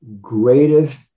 greatest